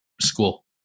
school